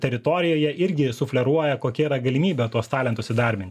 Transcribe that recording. teritorijoje irgi sufleruoja kokia yra galimybė tuos talentus įdarbint